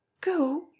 Go